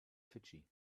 fidschi